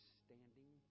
standing